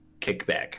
kickback